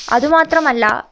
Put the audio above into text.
അതുമാത്രമല്ല